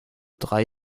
drei